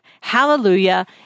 Hallelujah